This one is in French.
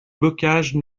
bocage